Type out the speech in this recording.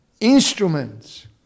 instruments